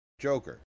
joker